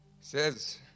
says